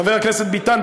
חבר הכנסת ביטן,